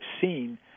seen